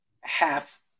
half